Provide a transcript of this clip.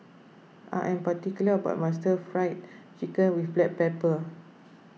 I am particular about my Stir Fried Chicken with Black Pepper